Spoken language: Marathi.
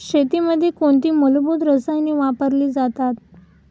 शेतीमध्ये कोणती मूलभूत रसायने वापरली जातात?